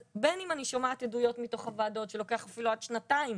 אז בין אם אני שומעת עדויות מתוך הוועדות שלוקח אפילו עד שנתיים,